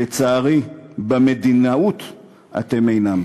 לצערי, במדינאות אתם אינכם.